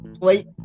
plate